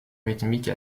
rythmique